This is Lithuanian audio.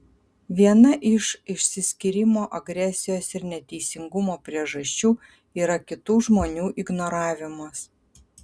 viena iš išsiskyrimo agresijos ir neteisingumo priežasčių yra kitų žmonių ignoravimas